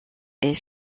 est